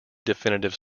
definitive